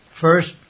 First